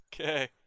Okay